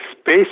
space